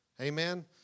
Amen